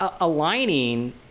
aligning